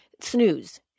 snooze